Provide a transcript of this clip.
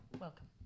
Welcome